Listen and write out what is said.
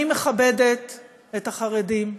אני מכבדת את החרדים,